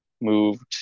moved